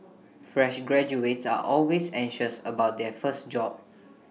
fresh graduates are always anxious about their first job